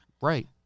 Right